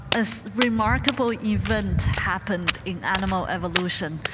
a remarkable event happened in animal evolution.